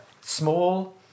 small